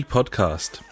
Podcast